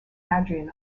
adrian